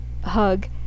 hug